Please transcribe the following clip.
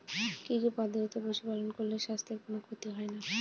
কি কি পদ্ধতিতে পশু পালন করলে স্বাস্থ্যের কোন ক্ষতি হয় না?